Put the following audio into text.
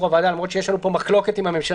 הוועדה למרות שיש לנו פה מחלוקת עם הממשלה,